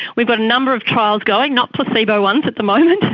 we've got a number of trials going, not placebo ones at the moment,